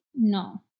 no